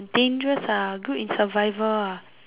dangerous ah good in survival ah